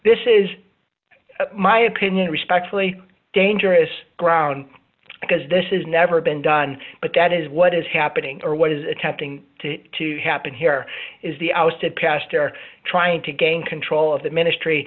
this is my opinion respectfully dangerous ground because this is never been done but that is what is happening or what is attempting to happen here is the ousted pastor trying to gain control of the ministry